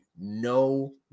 no